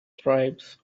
tribes